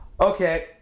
Okay